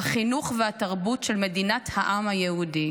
בחינוך והתרבות של מדינת העם היהודי"